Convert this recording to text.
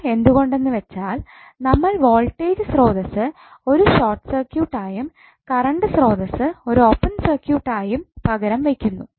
ഇത് എന്തുകൊണ്ട് എന്ന് വെച്ചാൽ നമ്മൾ വോൾട്ടേജ് സ്രോതസ്സ് ഒരു ഷോർട്ട് സർക്യൂട്ട് ആയും കറണ്ട് സ്രോതസ്സ് ഒരു ഓപ്പൺ സർക്യൂട്ട്ആയും പകരം വയ്ക്കുന്നു